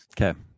Okay